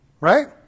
Right